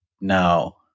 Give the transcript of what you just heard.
Now